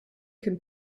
can